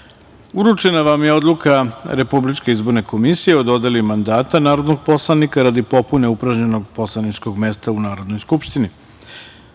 radu. Uručena vam je odluka Republičke izborne komisije, o dodeli mandata narodnog poslanika, radi popune upražnjenog poslaničkog mesta u Narodnoj skupštini.